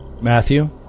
Matthew